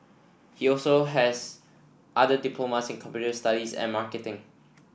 he also has other diplomas in computer studies and marketing